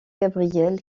gabriel